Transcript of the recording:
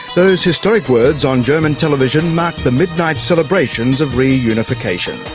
those historic words on german television marked the midnight celebrations of reunification.